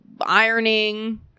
ironing